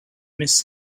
miss